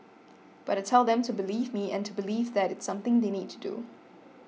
but I tell them to believe me and to believe that it's something they need to do